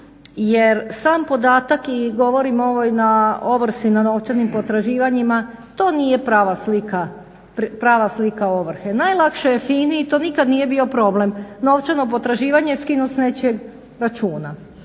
Jer sam podatak, i govorim o ovrsi na novčanim potraživanjima, to nije prava slika ovrhe. Najlakše je FINA-i i to nikad nije bio problem, novčano potraživanje skinut s nečijeg računa.